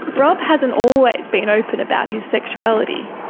rob hasn't always been open about his sexuality,